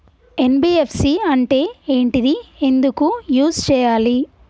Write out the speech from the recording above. NBFC అంటే ఏంటిది ఎందుకు యూజ్ చేయాలి?